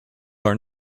are